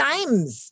Times